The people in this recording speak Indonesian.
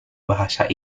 bahasa